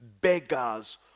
Beggars